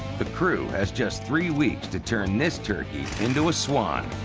the crew has just three weeks to turn this turkey into a swan.